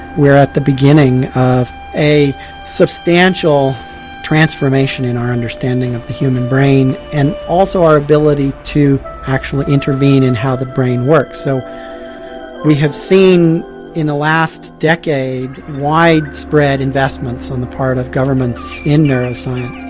we are at the beginning of a substantial transformation in our understanding of the human brain and also our ability to actually intervene in how the brain works. so we have seen in the last decade widespread investments on the part of governments in neuroscience.